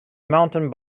mountain